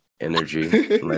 energy